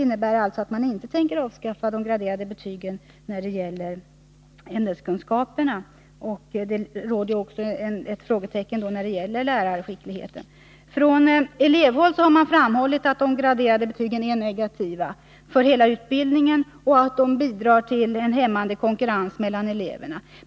Innebär det att man inte tänker avskaffa de graderade betygen när det gäller ämneskunskap? Det råder också ett frågetecken när det gäller lärarskickligheten. Från elevhåll har man framhållit att de graderade betygen är negativa för hela utbildningen och att de bidrar till en hämmande konkurrens mellan eleverna.